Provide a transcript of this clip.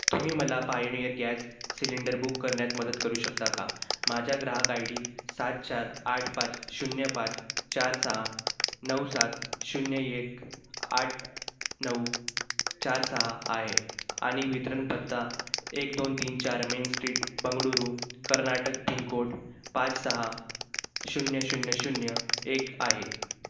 तुम्ही मला Pioneer gas cylinder book करण्यात मदत करू शकता का माझा ग्राहक आय डी सात चार आठ पाच शून्य पाच चार सहा नऊ सात शून्य एक आठ नऊ चार सहा आहे आणि वितरण पत्ता एक दोन तीन चार main street Bengaluru Karnataka pincode पाच सहा शून्य शून्य शून्य एक आहे